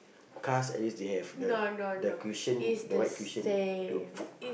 cars at least they have the the cushion the white cushion to